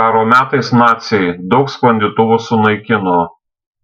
karo metais naciai daug sklandytuvų sunaikino